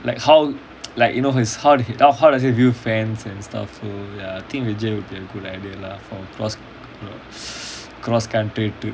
like how like you know his heart how how does he view fans and stuff so ya I think vijay will be a good idea lah for cross cross country trip